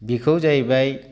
बेखौ जाहैबाय